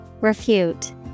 Refute